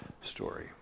story